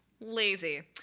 lazy